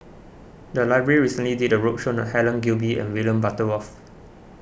the library recently did a roadshow on Helen Gilbey and William Butterworth